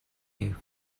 you